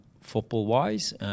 football-wise